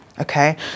okay